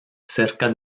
cerca